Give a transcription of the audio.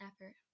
effort